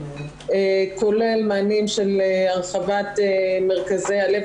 כולל מענים של הרחבת מרכזי הלב,